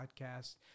podcast